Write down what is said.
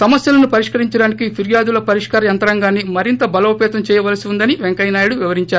సమస్యలను పరిష్కరించడానికి పిర్యాదుల పరిష్కార యంత్రాంగాన్ని మరింత బలోపేతం చేయవలసి ఉందని వెంకయ్య నాయుడు వివరిందారు